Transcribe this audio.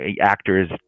actors